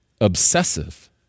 obsessive